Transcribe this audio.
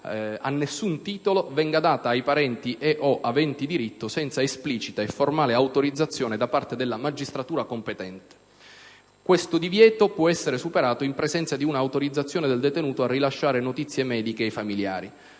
a nessun titolo, venga data ai parenti e/o aventi diritto senza esplicita e formale autorizzazione da parte della magistratura competente. Questo divieto può essere superato in presenza di un'autorizzazione del detenuto a rilasciare notizie mediche ai familiari.